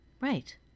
Right